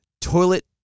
toilet